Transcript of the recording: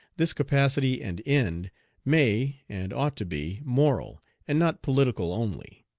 this capacity and end may, and ought to be, moral, and not political only.